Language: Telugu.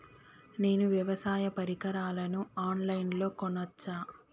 నేను వ్యవసాయ పరికరాలను ఆన్ లైన్ లో కొనచ్చా?